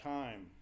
time